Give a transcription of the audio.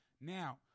Now